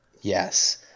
Yes